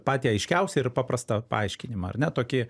patį aiškiausią ir paprastą paaiškinimą ar ne tokį